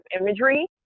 imagery